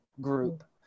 group